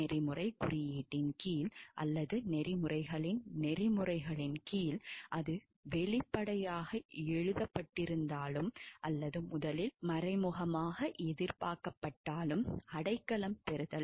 நெறிமுறைக் குறியீட்டின் கீழ் அல்லது நெறிமுறைகளின் நெறிமுறைகளின் கீழ் அது வெளிப்படையாக எழுதப்பட்டிருந்தாலும் அல்லது முதலில் மறைமுகமாக எதிர்பார்க்கப்பட்டாலும் அடைக்கலம் பெறுதல்